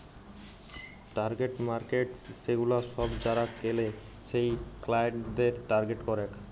target markets সেগুলা সব যারা কেলে সেই ক্লায়েন্টদের টার্গেট করেক